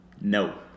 No